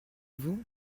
vous